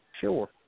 sure